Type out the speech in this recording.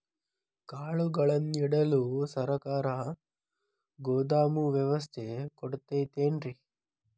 ಕಾಳುಗಳನ್ನುಇಡಲು ಸರಕಾರ ಗೋದಾಮು ವ್ಯವಸ್ಥೆ ಕೊಡತೈತೇನ್ರಿ?